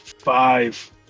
five